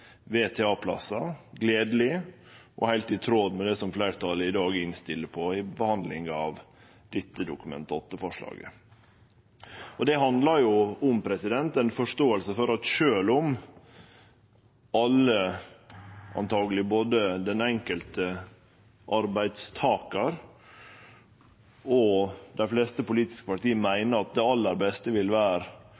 gledeleg og heilt i tråd med det som fleirtalet i dag innstiller på i behandlinga av dette Dokument 8-forslaget. Det handlar om ei forståing for at sjølv om så å seie alle, både den enkelte arbeidstakaren og dei fleste politiske parti,